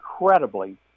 incredibly